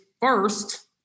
first